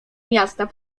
miasta